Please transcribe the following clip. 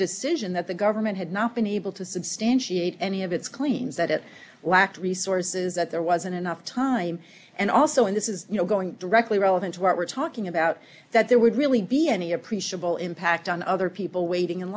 decision that the government had not been able to substantiate any of its claims that it lacked resources that there wasn't enough time and also in this is you know going directly relevant to what we're talking about that there would really be any appreciable impact on other people waiting in